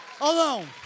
alone